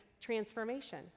transformation